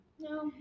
No